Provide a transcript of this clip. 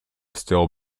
still